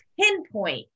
pinpoint